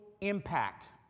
impact